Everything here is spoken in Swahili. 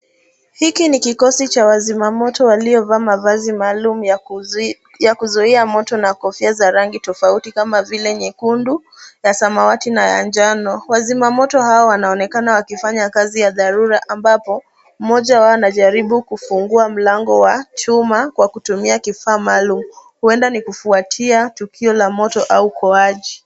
Hiki ni kikosi cha wazimamoto waliovaa mavazi maalum ya kuzuia moto na kofia za rangi tofauti kama vile nyekundu na samawati na ya njano. Wazimamoto hawa wanaonekana wakifanya kazi ya dharura ambapo mmoja wao anajaribu kufungua mlango wa chuma kwa kutumia kifaa maalum.